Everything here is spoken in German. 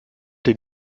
den